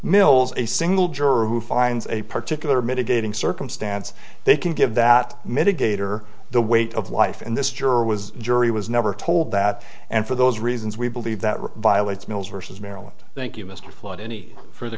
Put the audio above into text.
mills a single juror who finds a particular mitigating circumstance they can give that mitigate or the weight of life in this juror was jury was never told that and for those reasons we believe that violates mills worsens maryland thank you mr flood any further